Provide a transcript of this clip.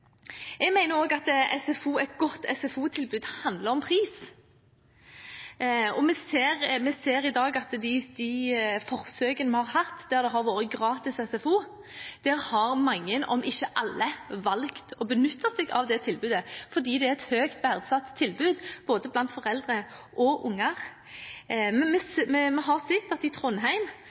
Jeg mener også at et godt SFO-tilbud handler om pris, og vi ser i dag at i forsøkene vi har hatt der det har vært gratis SFO, har mange – om ikke alle – valgt å benytte seg av tilbudet, fordi det er et høyt verdsatt tilbud både blant foreldre og unger. Vi har sett at i Trondheim